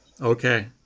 okay